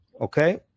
okay